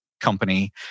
company